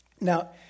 Now